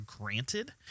granted